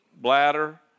bladder